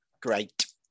great